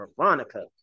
Veronica